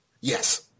Yes